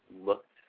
looked